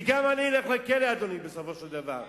כי גם אני אלך לכלא, אדוני, בסופו של דבר.